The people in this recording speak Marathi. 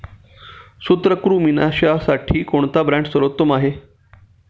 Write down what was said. सूत्रकृमिनाशीसाठी कोणता ब्रँड सर्वोत्तम आहे?